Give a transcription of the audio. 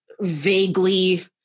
vaguely